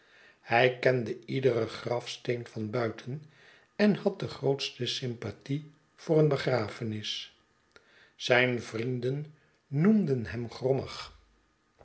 hij kende iederen grafsteen van buiten en had de grootste sympathie voor een begrafenis zijn vnenden noemden hem grommig